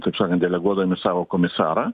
taip sakant deleguodami savo komisarą